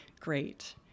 great